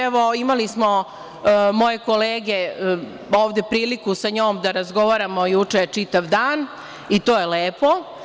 Evo, imale smo moje kolege i ja priliku sa njom da razgovaramo juče čitav dan i to je lepo.